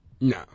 No